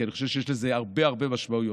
כי אני חושב שיש לזה הרבה הרבה משמעויות.